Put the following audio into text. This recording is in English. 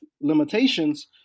limitations